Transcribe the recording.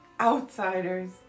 outsiders